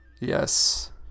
Yes